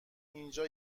اینجا